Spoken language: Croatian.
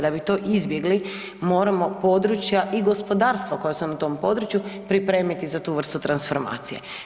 Da bi to izbjegli, moramo područja i gospodarstvo koja su na tom području pripremiti za tu vrstu transformacije.